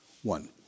One